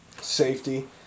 safety